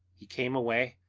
he came away,